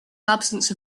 absence